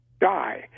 die